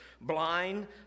blind